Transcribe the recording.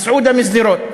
מסעודה משדרות,